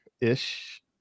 ish